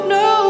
no